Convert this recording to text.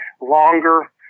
longer